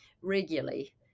regularly